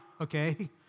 Okay